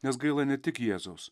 nes gaila ne tik jėzaus